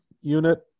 unit